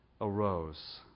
arose